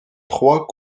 trois